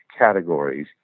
categories